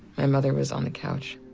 my mother was on the couch,